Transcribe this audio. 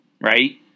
right